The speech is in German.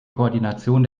koordination